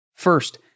First